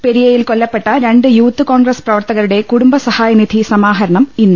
പെരിയയിൽ കൊല്ലപ്പെട്ട രണ്ട് യൂത്ത് കോൺഗ്രസ് പ്രവർത്ത കരുടെ കുടുംബസ്ഹായനിധി സമാഹരണം ഇന്ന്